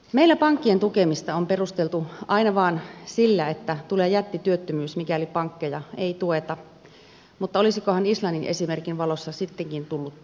meillä pankkien tukemista on perusteltu aina vain sillä että tulee jättityöttömyys mikäli pankkeja ei tueta mutta olisikohan islannin esimerkin valossa sittenkin tullut työllisyyttä